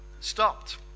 stopped